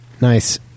nice